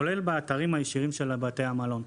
כולל באתרים הישירים של בתי המלון.